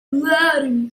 latin